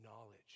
knowledge